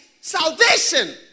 Salvation